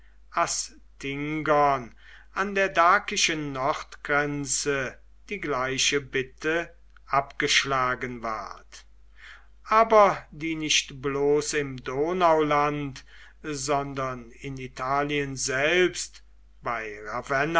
astingern an der dakischen nordgrenze die gleiche bitte abgeschlagen ward aber die nicht bloß im donauland sondern in italien selbst bei